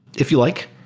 if you like